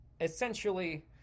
Essentially